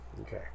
Okay